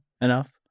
enough